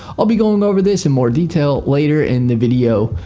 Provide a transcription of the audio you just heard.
i'll be going over this in more detail, later in the video.